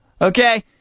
Okay